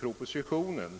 propositionen.